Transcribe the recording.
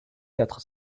quatre